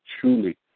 truly